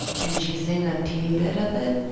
can she sing a teeny bit of it?